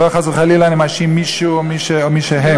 וחס וחלילה אני לא מאשים מישהו או מישהי או מישהם,